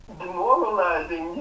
demoralizing